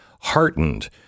heartened